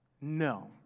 No